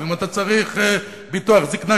ואם אתה צריך ביטוח זיקנה,